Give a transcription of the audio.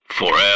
Forever